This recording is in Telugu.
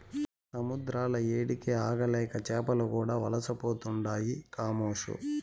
సముద్రాల ఏడికి ఆగలేక చేపలు కూడా వలసపోతుండాయి కామోసు